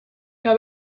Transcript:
que